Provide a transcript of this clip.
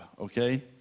okay